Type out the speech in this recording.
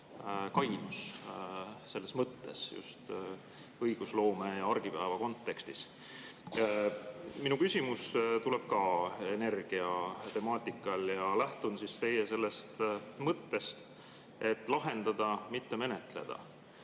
kainus selles mõttes, just õigusloome ja argipäeva kontekstis. Minu küsimus tuleb samuti energiatemaatikal. Lähtun teie mõttest, et [tuleb] lahendada, mitte menetleda.